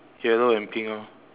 yellow and pink orh